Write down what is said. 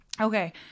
Okay